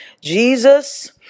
Jesus